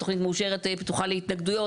התוכנית מאושרת פתוחה להתנגדויות,